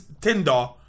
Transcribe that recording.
Tinder